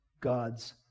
God's